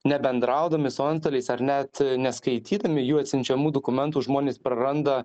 nebendraudami su antstoliais ar net neskaitydami jų atsiunčiamų dokumentų žmonės praranda